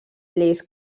lleis